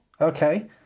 Okay